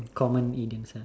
common idioms lah